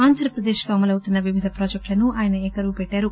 ఆంధ్రప్రదేశ్ లో అమలవుతున్న వివిధ ప్రాజెక్టులను ఆయన ఏకరవు పెట్లారు